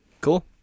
Cool